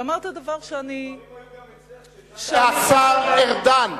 ואמרת דבר שאני, המספרים היו גם אצלך, השר ארדן.